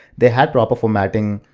they have proper formatting.